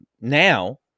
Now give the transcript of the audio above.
now